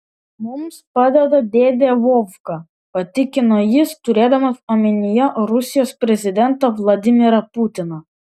mums padeda dėdė vovka patikino jis turėdamas omenyje rusijos prezidentą vladimirą putiną